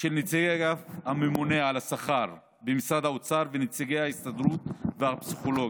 של נציג אגף הממונה על השכר במשרד האוצר ונציג ההסתדרות והפסיכולוגים,